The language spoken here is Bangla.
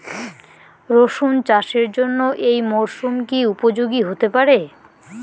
রসুন চাষের জন্য এই মরসুম কি উপযোগী হতে পারে?